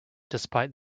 despite